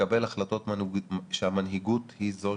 לקבל החלטות שהמנהיגות היא זו